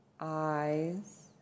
Eyes